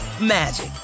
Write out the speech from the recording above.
magic